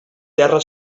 terra